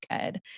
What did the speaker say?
good